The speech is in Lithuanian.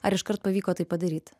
ar iškart pavyko tai padaryt